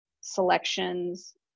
selections